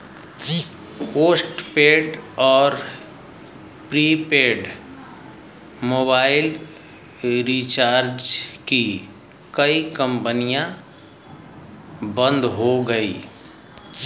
postpaid और prepaid mobile recharge की कई कंपनियां बंद हो गई